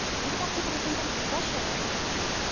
i don't want people to think i'm special or anything.